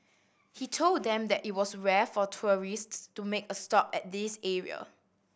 he told them that it was rare for tourists to make a stop at this area